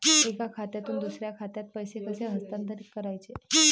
एका खात्यातून दुसऱ्या खात्यात पैसे कसे हस्तांतरित करायचे